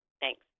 Thanks